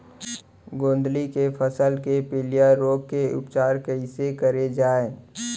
गोंदली के फसल के पिलिया रोग के उपचार कइसे करे जाये?